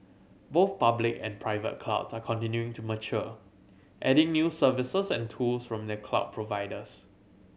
both public and private clouds are continuing to mature adding new services and tools from their cloud providers